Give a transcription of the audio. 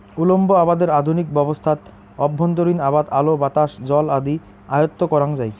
উল্লম্ব আবাদের আধুনিক ব্যবস্থাত অভ্যন্তরীণ আবাদ আলো, বাতাস, জল আদি আয়ত্ব করাং যাই